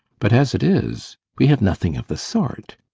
but as it is, we have nothing of the sort.